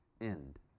end